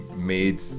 made